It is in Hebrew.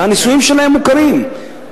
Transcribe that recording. והנישואים שלהם מוכרים.